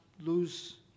lose